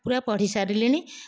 ପୁରା ପଢ଼ିସାରିଲିଣି